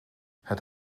het